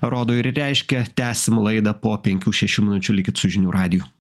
rodo ir reiškia tęsim laidą po penkių šešių minučių likit su žinių radiju